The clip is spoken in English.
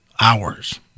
hours